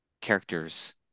Characters